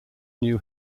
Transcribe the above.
new